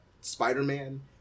Spider-Man